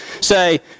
say